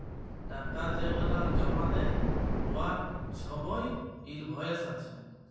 টাকা যেগলাল জমা দ্যায় উয়ার ছবই ইলভয়েস আছে